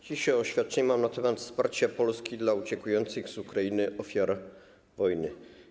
Dzisiaj mam oświadczenie na temat wsparcia Polski dla uciekających z Ukrainy ofiar wojny.